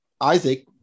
Isaac